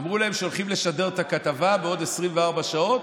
אמרו להם שהולכים לשדר את הכתבה בעוד 24 שעות,